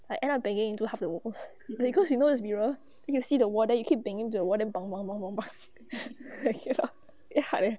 I end up banging into half the walls cause you know is mirror then you'll the walls then you keep banging into the walls then bound bound bound bound ya very hard eh